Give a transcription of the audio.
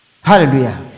Hallelujah